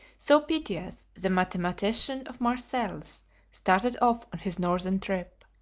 so pytheas, the mathematician of marseilles, started off on his northern trip.